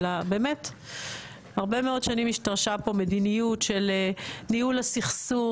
אלא באמת הרבה מאוד שנים השתרשה פה מדיניות של ניהול הסכסוך,